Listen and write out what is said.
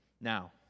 Now